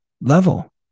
level